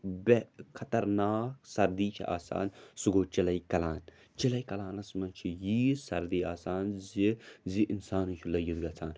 بیٚہہ خَطرناک سَردی چھِ آسان سُہ گوٚو چِلَے کَلان چِلَے کَلانَس منٛز چھِ ییٖژ سَردی آسان زِ زِ اِنسانٕے چھُ لٔگِتھ گَژھان